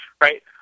right